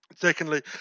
Secondly